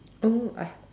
oh I